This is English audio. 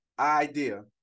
idea